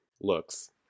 looks